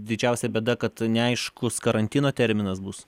didžiausia bėda kad neaiškus karantino terminas bus